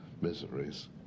miseries